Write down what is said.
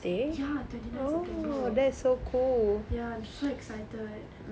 ya twenty nine september ya I'm so excited